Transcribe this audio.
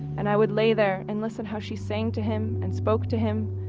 and i would lay there and listen how she sang to him, and spoke to him.